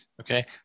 Okay